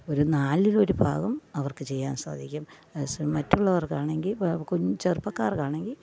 ഒരു നാലിലൊരു ഭാഗം അവര്ക്ക് ചെയ്യാന് സാധിക്കും അതേസമയം മറ്റുള്ളവര്ക്കാണെങ്കില് കുഞ്ഞ് ചെറുപ്പക്കാര്ക്കാണെങ്കില്